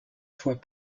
fois